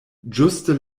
ĝuste